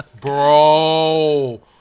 Bro